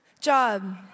job